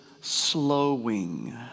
slowing